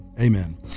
Amen